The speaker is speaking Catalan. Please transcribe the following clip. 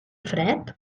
fred